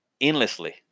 endlessly